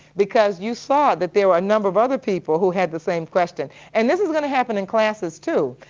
because you saw that there were a number of other people who had the same question. and this is going to happen in classes too.